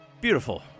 Beautiful